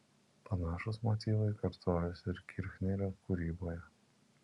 panašūs motyvai kartojosi ir kirchnerio kūryboje